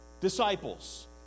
disciples